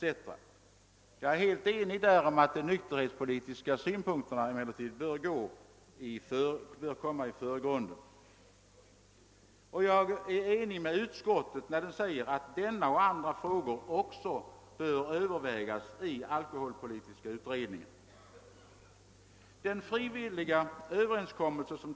Jag är dock helt enig med henne därom att de nykterhetspolitiska synpunkterna bör komma i förgrunden. Jag är också ense med utskottet, när det uttalar att denna och andra frågor bör övervägas av alkoholpolitiska utredningen.